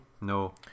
no